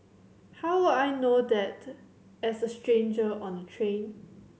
how would I know that as a stranger on the train